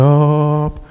up